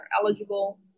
eligible